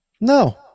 no